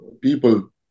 people